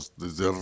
desde